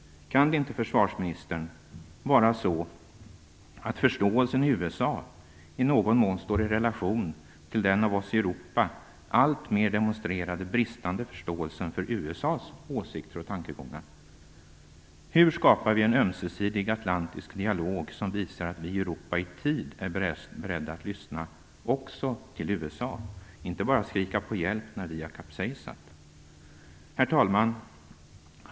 Kan det inte, försvarsministern, vara så, att förståelsen i USA i någon mån står i relation till den av oss i Europa allt mer demonstrerade bristande förståelsen för USA:s åsikter och tankegångar? Hur skapar vi en ömsesidig atlantisk dialog som visar att vi i Europa i tid är beredda att lyssna också till USA, inte bara skrika på hjälp när vi kapsejsat? Herr talman!